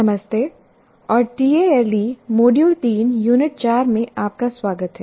नमस्ते और TALE module 3 unit 4 में आपका स्वागत है